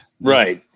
right